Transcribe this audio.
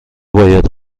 باید